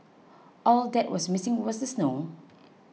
all that was missing was the snow